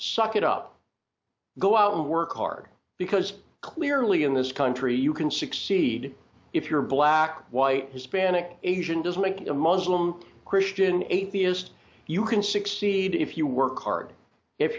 suck it up go out and work hard because clearly in this country you can succeed if you're black white hispanic asian just like a muslim christian atheist you can succeed if you work hard if